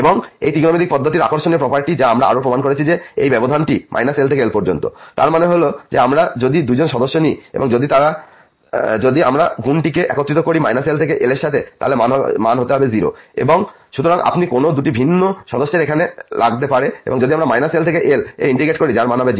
এবং এই ত্রিকোণমিতিক পদ্ধতির আকর্ষণীয় প্রপার্টি যা আমরাও প্রমাণ করেছি যে এই ব্যবধানটি l থেকে l পর্যন্ত তার মানে হল যে আমরা যদি দুইজন সদস্য নিই এবং যদি আমরা পণ্যটিকে একত্রিত করি l থেকে l এর সাথে তাহলে মান হবে হতে 0 সুতরাং আপনি কোন দুটি ভিন্ন সদস্যদের এখানে লাগতে পারে এবং যদি আমরা l থেকে l এ ইন্টিগ্রেট করি এর মান 0 হবে